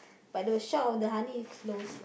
but the shop of the honey is close lah